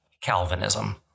Calvinism